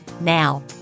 Now